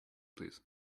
please